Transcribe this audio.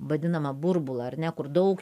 vadinamą burbulą ar ne kur daug